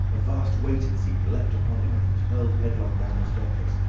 a vast weight, it seemed, leapt upon him, and he was hurled headlong down the staircase,